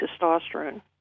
testosterone